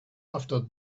after